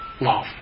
love